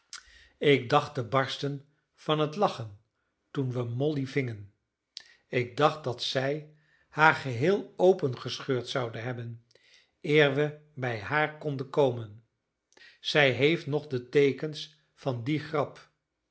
ik dacht te barsten van lachen toen we molly vingen ik dacht dat zij haar geheel opengescheurd zouden hebben eer we bij haar konden komen zij heeft nog de teekens van die grap